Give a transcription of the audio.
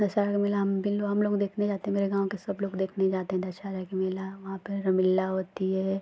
दशहरा का मेला हम हमलोग देखने जाते हैं मेरे गाँव के सबलोग देखने जाते हैं दशहरा का मेला वहाँ पर रामलीला होती है